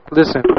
Listen